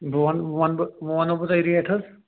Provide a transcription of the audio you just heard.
بہٕ وَنہٕ بہٕ وَنہٕ بہٕ بہٕ وَنہو تۅہہِ ریٚٹ حظ